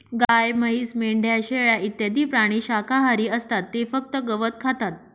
गाय, म्हैस, मेंढ्या, शेळ्या इत्यादी प्राणी शाकाहारी असतात ते फक्त गवत खातात